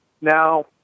Now